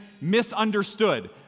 misunderstood